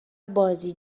بازی